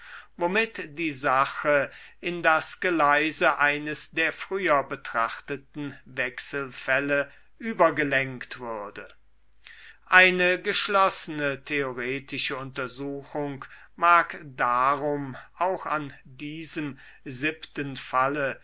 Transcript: womit die sache in das geleise eines der früher betrachteten wechselfälle übergelenkt würde eine geschlossene theoretische untersuchung mag darum auch an diesem falle